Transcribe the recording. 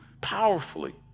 powerfully